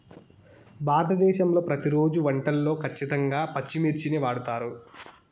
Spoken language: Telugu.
భారతదేశంలో ప్రతిరోజు వంటల్లో ఖచ్చితంగా పచ్చిమిర్చిని వాడుతారు